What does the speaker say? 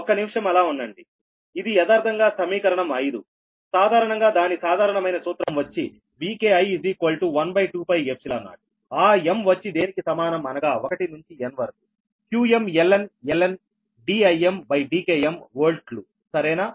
ఒక్క నిమిషం అలా ఉండండి ఇది యదార్థంగా సమీకరణం ఐదు సాధారణంగా దాని సాధారణమైన సూత్రం వచ్చి Vki12π0 m వచ్చి దేనికి సమానం అనగా 1 నుంచి n వరకు qmln DimDkmవోల్ట్లు సరేనా